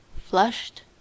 flushed